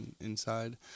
inside